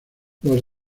los